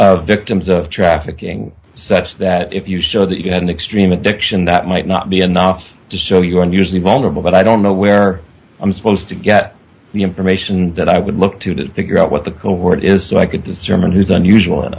attribute victims of trafficking such that if you show that you have an extreme addiction that might not be enough to slow you and usually vulnerable but i don't know where i'm supposed to get the information that i would look to to figure out what the word is so i could discern who's unusual